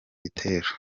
gitero